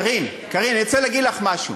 קארין, קארין, אני רוצה להגיד לך משהו.